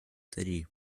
три